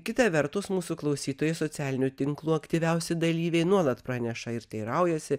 kita vertus mūsų klausytojai socialinių tinklų aktyviausi dalyviai nuolat praneša ir teiraujasi